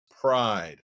pride